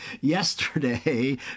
yesterday